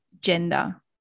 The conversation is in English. gender